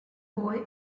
boy